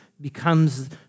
becomes